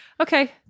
Okay